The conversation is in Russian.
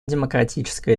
демократическая